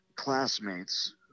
classmates